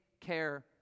care